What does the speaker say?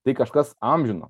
tai kažkas amžino